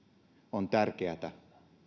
on tärkeätä